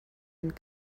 and